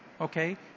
okay